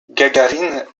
gagarine